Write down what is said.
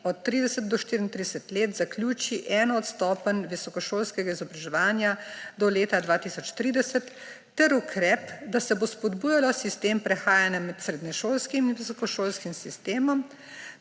od 30 do 34 let zaključi eno od stopenj visokošolskega izobraževanja do leta 2030, ter ukrep, da se bo spodbujalo sistem prehajanja med srednješolskim in visokošolskim sistemom;